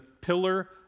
pillar